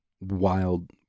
wild